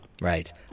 Right